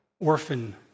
orphan